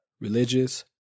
religious